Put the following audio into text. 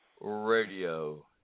Radio